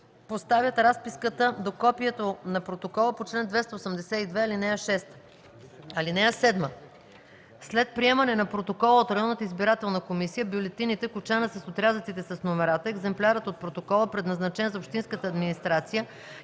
поставят разписката до копието на протокола по чл. 282, ал. 6. (7) След приемане на протокола от районната избирателна комисия бюлетините, кочанът с отрязъците с номерата, екземплярът от протокола, предназначен за общинската администрация,